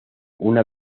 una